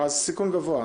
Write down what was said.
אז גם בשני סיכון גבוה.